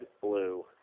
blue